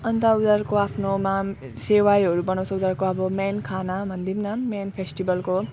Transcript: अन्त उनीहरूको आफ्नोमा सेवाइहरू बनाउँछ अब उनीहरूको मेन खाना भनिदिऊँ न मेन फेस्टिभलको